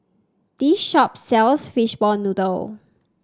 this shop sells Fishball Noodle